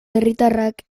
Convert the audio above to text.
herritarrak